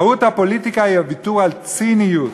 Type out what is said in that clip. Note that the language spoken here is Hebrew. מהות הפוליטיקה היא הוויתור על הציניות".